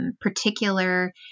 particular